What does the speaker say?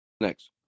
next